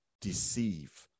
deceive